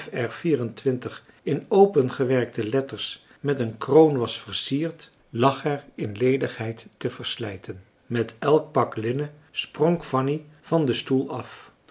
in opengewerkte letters met een kroon was versierd lag er in ledigheid te verslijten met elk pak linnen sprong fanny van den stoel af